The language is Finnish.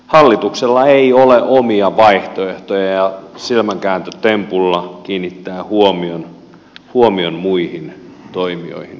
hallituksella ei ole omia vaihtoehtoja ja se silmänkääntötempulla kiinnittää huomion muihin toimijoihin